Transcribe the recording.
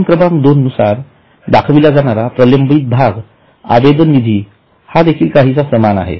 नोंद क्रमांक दोन नुसार दाखविला जाणारा प्रलंबित भाग आवेदन निधी हा देखील काहीसा सामान आहे